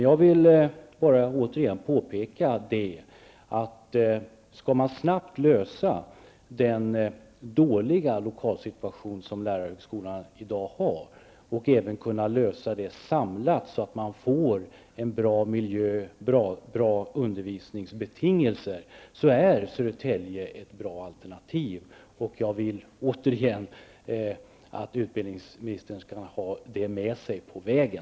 Jag vill återigen påpeka att skall man snabbt lösa den dåliga lokalsituation som lärarhögskolan i dag har, och även kunna lösa det samlat så att det blir bra undervisningsbetingelser, är Södertälje ett bra alternativ. Jag vill återigen att utbildningsministern skall ta de orden med sig på vägen.